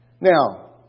Now